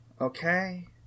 Okay